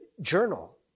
journal